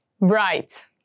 Bright